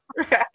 Okay